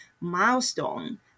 milestone